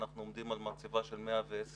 אנחנו עומדים על מצבה של 110 מפקחים,